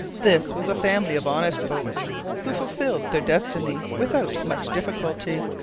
this was a family of honest folk who fulfilled their destiny without much difficulty.